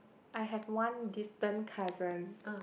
I have one distant cousin